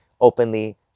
openly